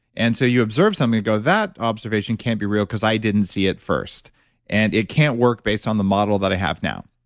and so, you observe something and go, that observation can be real because i didn't see it first and it can't work based on the model that i have now.